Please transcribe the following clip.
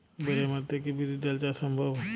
বেলে মাটিতে কি বিরির ডাল চাষ সম্ভব?